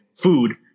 Food